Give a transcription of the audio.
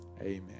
Amen